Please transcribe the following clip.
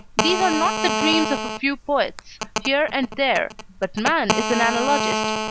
these are not the dreams of a few poets, here and there, but man is an analogist,